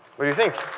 what do you think?